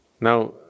Now